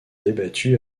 débattu